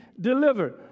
delivered